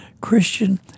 Christian